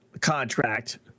contract